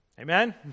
Amen